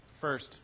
First